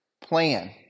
plan